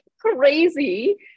crazy